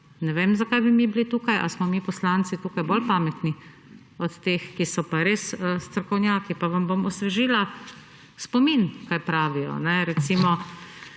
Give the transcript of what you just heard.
Ne vem, zakaj bi mi bili tukaj. Ali smo mi poslanci tukaj bolj pametni od teh, ki so pa res strokovnjaki? Pa vam bom osvežila spomin, kaj pravijo. Recimo,